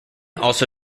also